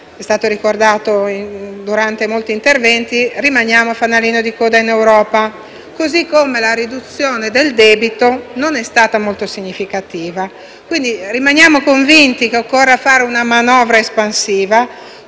(è stato ricordato in molti interventi che rimaniamo il fanalino di coda in Europa), così come la riduzione del debito non è stata molto significativa. Quindi rimaniamo convinti che occorra fare una manovra espansiva,